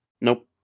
Nope